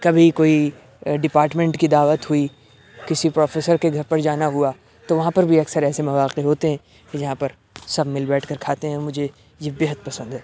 کبھی کوئی ڈپارمنٹ کی دعوت ہوئی کسی پروفیسر کے گھر پر جانا ہوا تو وہاں پر بھی اکثر ایسے مواقع ہوتے ہیں کہ جہاں پر سب مل بیٹھ کر کھاتے ہیں مجھے یہ بے حد پسند ہے